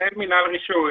מנהל מינהל רישוי.